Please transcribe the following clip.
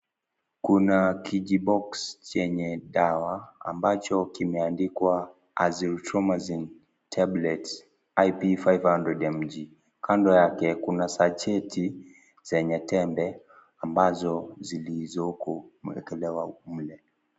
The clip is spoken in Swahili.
Kuna kijibox chenye dawa ambacho kimeandikwa Azithromycin Tablet IP 500mg kando yake kuna sacheti zenye tembe ambazo zilizoko zimewekelewa mle.